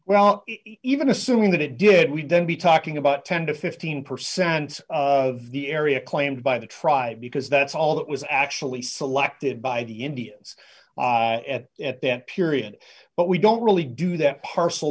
well even assuming that it did we don't be talking about ten to fifteen percent of the area claimed by the tribe because that's all that was actually selected by the indians at that period but we don't really do that parcel